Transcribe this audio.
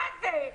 מה זה?!